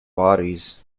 bodies